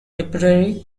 tipperary